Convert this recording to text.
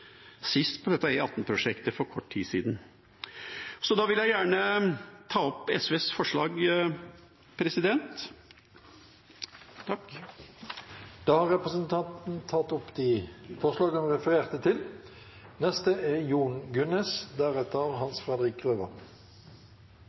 for kort tid siden. Jeg vil ta opp SVs forslag. Da har representanten Arne Nævra tatt opp de forslagene han refererte til.